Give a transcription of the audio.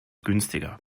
günstiger